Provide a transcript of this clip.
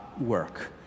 work